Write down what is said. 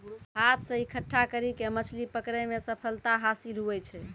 हाथ से इकट्ठा करी के मछली पकड़ै मे सफलता हासिल हुवै छै